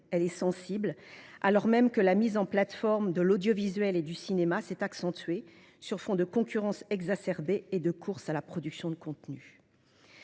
et réelle, alors même que la mise en plateforme de l’audiovisuel et du cinéma s’est accentuée, sur fond de concurrence exacerbée et de course à la production de contenus.